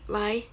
why